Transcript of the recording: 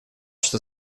что